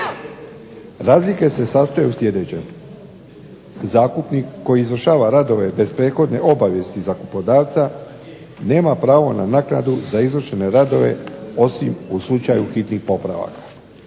Razlike se sastoje u sljedećem. Zakupnik koji izvršava radove bez prethodne obavijesti zakupodavca nema pravo na naknadu za izvršene radove osim u slučaju hitnih popravaka.